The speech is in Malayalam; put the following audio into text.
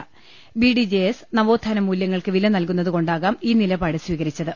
മാറി ബി ഡി ജെ എസ് നവോത്ഥാന മൂലൃങ്ങൾക്ക് വില നൽകുന്നത് കൊണ്ടാകാം ഈ നിലപാട് സ്വീകരിച്ചത്